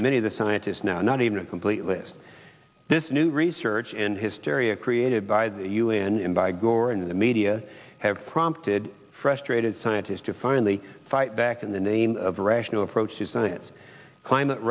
of the scientists now not even a complete list this new research and hysteria created by the un in by gore in the media have prompted frustrated scientists to finally fight back in the name of rational approach to science climate